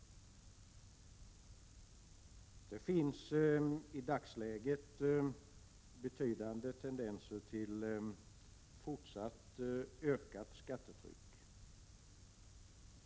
Det finns i dagsläget betydande tendenser till fortsatt ökat skattetryck.